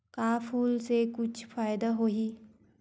का फूल से कुछु फ़ायदा होही?